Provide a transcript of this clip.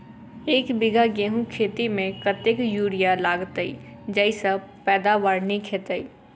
एक बीघा गेंहूँ खेती मे कतेक यूरिया लागतै जयसँ पैदावार नीक हेतइ?